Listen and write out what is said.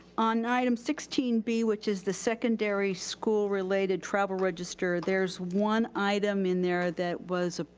on item sixteen b, which is the secondary school related travel register, there's one item in there that was,